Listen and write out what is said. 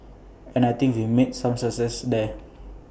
and I think we've made some success there